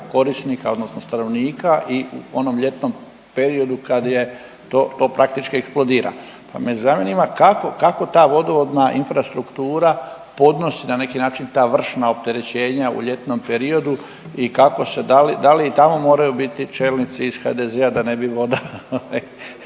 korisnika odnosno stanovnika i u onom ljetnom periodu kad je to, to praktički eksplodira, pa me zanima kako, kako ta vodovodna infrastruktura podnosi na neki način ta vršna opterećenja u ljetnom periodu i kako se, da li, da li i tamo moraju biti čelnici iz HDZ-a da ne bi voda